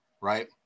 right